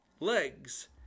Legs